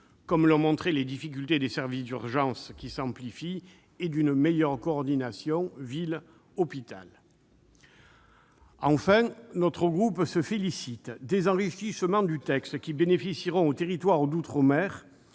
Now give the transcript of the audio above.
comme l'ont montré les difficultés des services d'urgences qui s'amplifient, et une meilleure coordination ville-hôpital. Enfin, notre groupe se félicite des enrichissements du texte, qui bénéficieront aux territoires d'outre-mer,